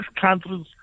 countries